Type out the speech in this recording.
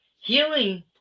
Healing